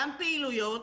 גם פעילויות,